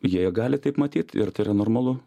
jie gali taip matyt ir tai yra normalu